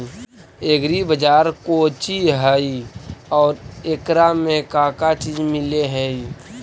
Agri बाजार कोची हई और एकरा में का का चीज मिलै हई?